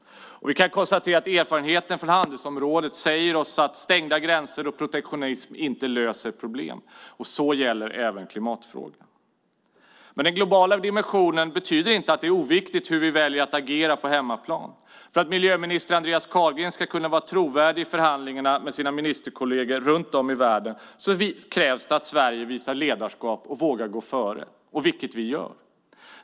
Vi kan konstatera att erfarenheten från handelsområdet säger oss att stängda gränser och protektionism inte löser problem. Det gäller även klimatfrågan. Men den globala dimensionen betyder inte att det är oviktigt hur vi väljer att agera på hemmaplan. För att miljöminister Andreas Carlgren ska kunna vara trovärdig i förhandlingarna med sina ministerkolleger runt om i världen krävs det att Sverige visar ledarskap och vågar gå före, vilket vi gör.